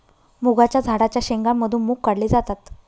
मुगाच्या झाडाच्या शेंगा मधून मुग काढले जातात